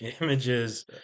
Images